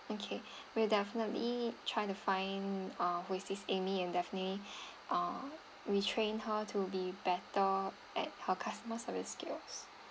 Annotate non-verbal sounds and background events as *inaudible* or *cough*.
okay we'll definitely try to find ah who is this amy and definitely *breath* ah retrain her to be better at her customer service skills